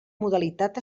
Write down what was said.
modalitat